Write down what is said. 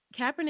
Kaepernick